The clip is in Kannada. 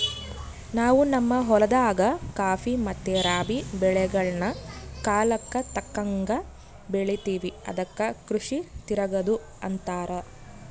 ನಾವು ನಮ್ಮ ಹೊಲದಾಗ ಖಾಫಿ ಮತ್ತೆ ರಾಬಿ ಬೆಳೆಗಳ್ನ ಕಾಲಕ್ಕತಕ್ಕಂಗ ಬೆಳಿತಿವಿ ಅದಕ್ಕ ಕೃಷಿ ತಿರಗದು ಅಂತಾರ